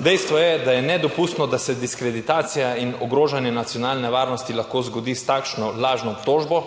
Dejstvo je, da je nedopustno, da se diskreditacija in ogrožanje nacionalne varnosti lahko zgodi s takšno lažno obtožbo.